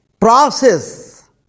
process